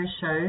shows